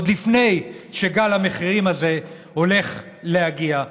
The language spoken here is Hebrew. עוד לפני שגל המחירים הזה הולך להגיע.